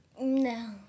No